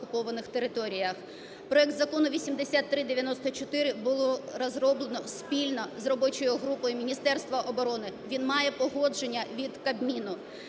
Проект Закону 8394 було розроблено спільно з робочою групою Міністерства оборони, він має погодження від Кабміну.